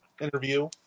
interview